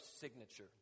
signature